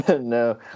No